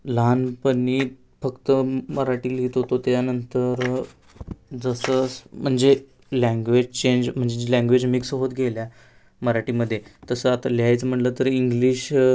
लहानपणी फक्त मराठी लिहीत होतो त्यानंतर जसं म्हणजे लँग्वेज चेंज म्हणजे जे लँग्वेज मिक्स होत गेल्या मराठीमध्ये तसं आता लिहायचं म्हटलं तर इंग्लिश